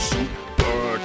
Super